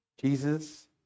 Jesus